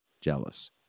jealous